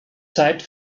zeit